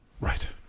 Right